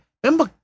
Remember